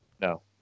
No